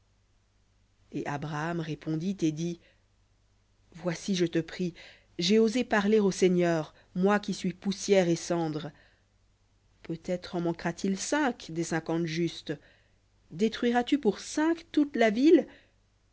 et abraham répondit et dit voici je te prie j'ai osé parler au seigneur moi qui suis poussière et cendre peut-être en manquera-t-il cinq des cinquante justes détruiras tu pour cinq toute la ville